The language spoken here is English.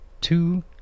two